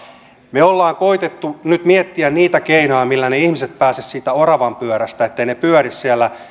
me olemme nyt koettaneet miettiä niitä keinoja millä ne ihmiset pääsisivät siitä oravanpyörästä etteivät he pyörisi siellä